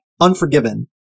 Unforgiven